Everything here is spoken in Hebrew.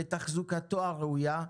לתחזוקתו הראויה,